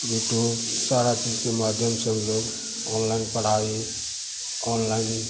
YouTube सारी चीज़ के माध्यम से हम लोग ऑनलाइन पढ़ाई ऑनलाइन